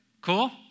Cool